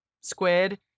squid